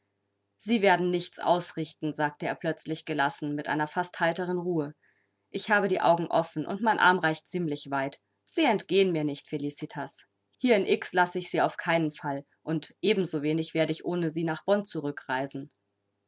sie werden nichts ausrichten sagte er plötzlich gelassen mit einer fast heiteren ruhe ich habe die augen offen und mein arm reicht ziemlich weit sie entgehen mir nicht felicitas hier in x lasse ich sie auf keinen fall und ebensowenig werde ich ohne sie nach bonn zurückreisen